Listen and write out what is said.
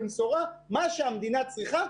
במשורה - מה שהמדינה צריכה,